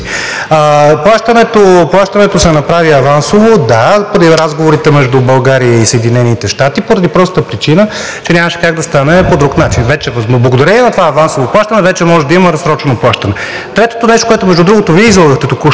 Плащането се направи авансово, да, при разговорите между България и Съединените щати поради простата причина, че нямаше как да стане по друг начин. Но благодарение на това авансово плащане вече може да има разсрочено плащане. Третото нещо – между другото, Вие излъгахте току-що,